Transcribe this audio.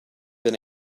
been